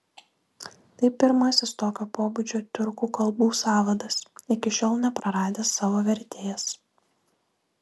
tai pirmasis tokio pobūdžio tiurkų kalbų sąvadas iki šiol nepraradęs savo vertės